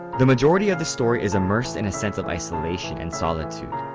the majority of the story is immersed in a sense of isolation and solitude.